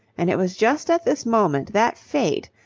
and it was just at this moment that fate,